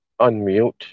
unmute